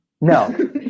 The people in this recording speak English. no